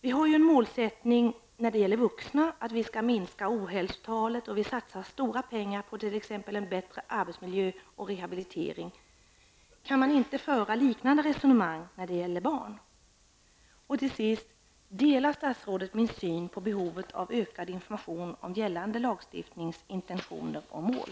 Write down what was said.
Vi har ju när det gäller vuxna en målsättning att minska ohälsotalet, och vi satsar stora pengar på t.ex. en bättre arbetsmiljö och rehabilitering. Kan man inte föra ett liknande resonemang när det gäller barn? Till sist: Delar statsrådet min uppfattning om behovet av ökad information om gällande lagstiftnings intentioner och mål?